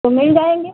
तो मिल जाएंगे